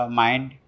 mind